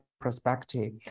perspective